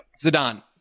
Zidane